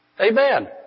Amen